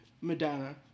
Madonna